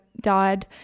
died